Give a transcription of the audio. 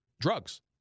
drugs